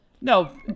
No